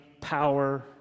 power